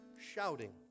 shouting